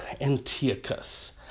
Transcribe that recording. Antiochus